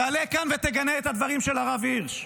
תעלה לכאן ותגנה את הדברים של הרב הירש.